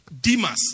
Demas